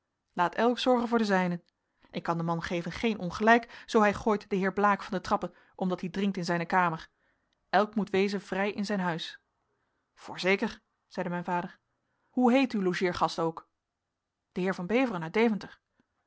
laat elk zorgen voor de zijnen ik kan den man geven geen ongelijk zoo hij gooit den heer blaek van de trappen omdat die dringt in zijne kamer elk moet wezen vrij in zijn huis voorzeker zeide mijn vader hoe heet uw logeergast ook de heer van beveren uit deventer